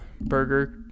burger